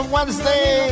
Wednesday